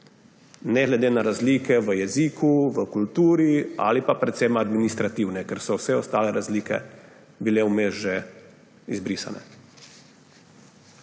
ne glede na razlike v jeziku, v kulturi ali pa predvsem administrativne, ker so vse ostale razlike bile vmes že izbrisane.